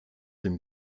dem